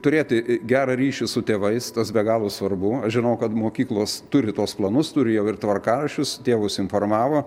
turėti gerą ryšį su tėvais tas be galo svarbu aš žinau kad mokyklos turi tuos planus turi jau ir tvarkaraščius tėvus informavo